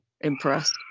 impressed